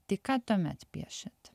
tai ką tuomet piešiat